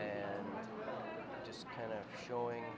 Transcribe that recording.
and just kind of showing